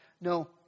No